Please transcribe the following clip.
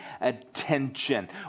attention